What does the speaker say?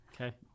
Okay